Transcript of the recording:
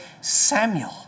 Samuel